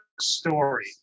story